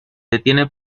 detiene